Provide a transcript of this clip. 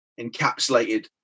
encapsulated